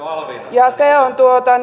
ja se on